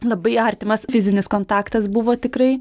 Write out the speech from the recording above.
labai artimas fizinis kontaktas buvo tikrai